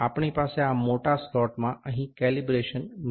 આપણી પાસે આ મોટા સ્લોટમાં અહીં કેલિબ્રેશન મી